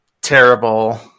terrible